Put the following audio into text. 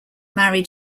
married